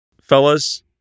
fellas